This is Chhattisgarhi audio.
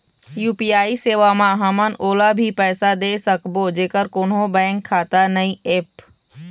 यू.पी.आई सेवा म हमन ओला भी पैसा दे सकबो जेकर कोन्हो बैंक खाता नई ऐप?